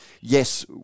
yes